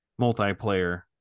multiplayer